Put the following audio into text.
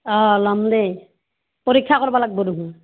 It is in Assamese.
অঁ ল'ম দেই পৰীক্ষা কৰিব লাগিব দেখোন